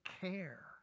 care